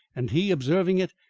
and he, observing it,